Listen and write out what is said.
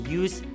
use